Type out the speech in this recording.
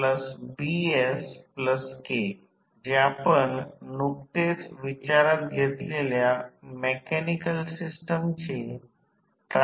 किंवा V2 V1 N2 N1द्वारा लिहू शकता N1 1 N2N1 आणि V1 I1 जे ऑटोट्रान्सफॉर्मर चे व्होल्ट अँपीयर रेटिंग आहे